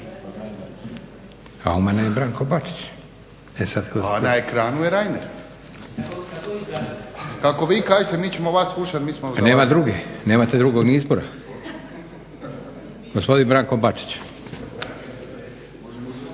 e sad… … /Upadica Mesić: A na ekranu je Reiner. Kako vi kažete mi ćemo vas slušati./ … Nema druge, nemate drugog ni izbora. Gospodin Branko Bačić.